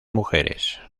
mujeres